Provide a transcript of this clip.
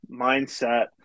mindset